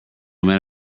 man